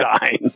dying